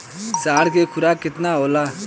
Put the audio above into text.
साँढ़ के खुराक केतना होला?